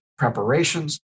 preparations